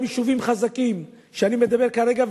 יישובים חזקים שעליהם אני מדבר כרגע,